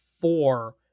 four